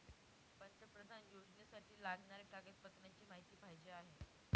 पंतप्रधान योजनेसाठी लागणाऱ्या कागदपत्रांची माहिती पाहिजे आहे